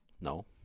No